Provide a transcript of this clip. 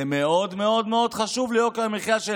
זה מאוד מאוד מאוד חשוב ליוקר המחיה.